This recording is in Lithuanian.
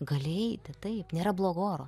gali eiti taip nėra blogo oro